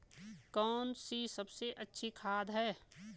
कौन सी सबसे अच्छी खाद है?